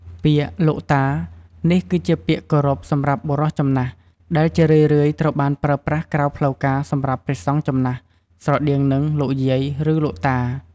ពាក្យ លោកតា នេះគឺជាពាក្យគោរពសម្រាប់បុរសចំណាស់ ដែលជារឿយៗត្រូវបានប្រើប្រាស់ក្រៅផ្លូវការសម្រាប់ព្រះសង្ឃចំណាស់ ស្រដៀងនឹង "លោកយាយ" ឬ "លោកតា"។